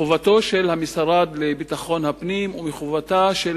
מחובתו של המשרד לביטחון הפנים ומחובתה של